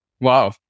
Wow